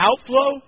outflow